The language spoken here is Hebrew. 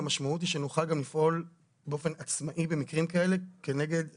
והמשמעות היא שנוכל גם לפעול באופן עצמאי במקרים כאלה כנגד הממשלה,